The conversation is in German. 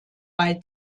bei